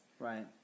Right